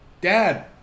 Dad